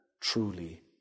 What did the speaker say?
truly